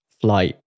flight